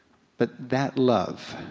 but that love